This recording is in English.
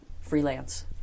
freelance